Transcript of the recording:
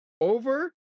over